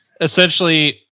essentially